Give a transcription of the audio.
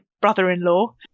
brother-in-law